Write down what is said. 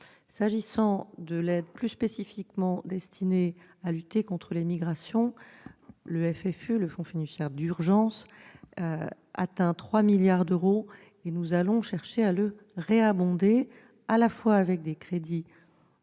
S'agissant de l'aide plus spécifiquement destinée à lutter contre les migrations, le Fonds fiduciaire d'urgence atteint 3 milliards d'euros, et nous allons chercher à l'abonder de nouveau, tant avec des crédits